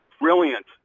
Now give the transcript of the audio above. brilliant